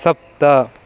सप्त